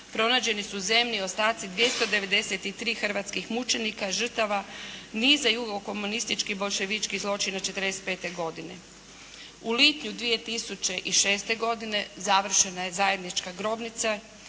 pronađeni su zemni ostaci 293 hrvatskih mučenika žrtava niza jugokomunističkih boljševičkih zločina '45. godine. U lipnju 2006. godine završena je zajednička grobnica